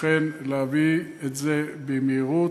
אכן להביא את זה במהירות.